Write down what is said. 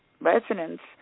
residents